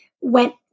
went